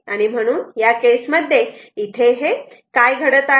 म्हणून या केस मध्ये काय घडत आहे